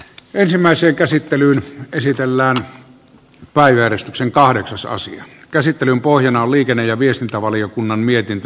ensimmäiseen käsittelyyn esitellään maajäristyksen kahdeksasosia käsittelyn pohjana on liikenne ja viestintävaliokunnan mietintö